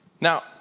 Now